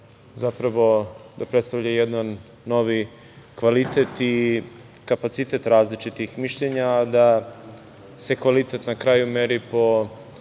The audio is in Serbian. zapravo da predstavlja jedan novi kvalitet i kapacitet različitih mišljenja, da se kvalitet meri na kraju po